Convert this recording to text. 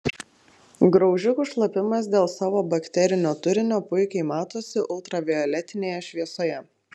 graužikų šlapimas dėl savo bakterinio turinio puikiai matosi ultravioletinėje šviesoje